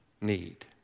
need